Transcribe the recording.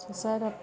sir